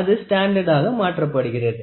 அது ஸ்டாண்டர்ட்டாக மாற்றப்படுகிறது